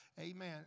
amen